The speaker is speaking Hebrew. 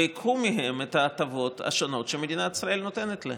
וייקחו מהם את ההטבות השונות שמדינת ישראל נותנת להם.